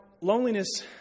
loneliness